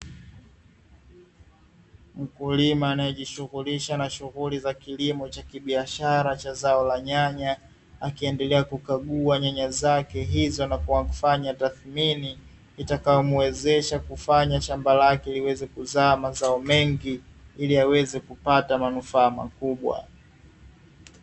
Mkulima anayejighulisha na shughuli za kilimo cha kibiashara cha zao la nyanya, akiendelea kukagua nyanya zake hizo, na kwa kufanya tathmini itakayomuwezesha kufanya shamba lake liweze kuzaa mazao mengi, ili aweze kupata manufaa makubwa.